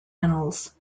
channels